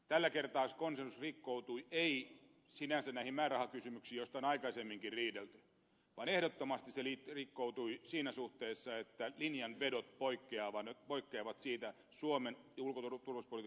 tällä kertaa konsensus rikkoutui ei sinänsä näihin määrärahakysymyksiin joista on aikaisemminkin riidelty vaan ehdottomasti se rikkoutui siinä suhteessa että linjanvedot poikkeavat siitä suomen ja ulko ja turvallisuuspolitiikan peruslinjauksesta